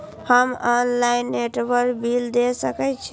हम online table bill दे सके छी?